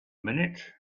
minute